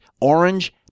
orange